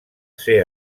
ser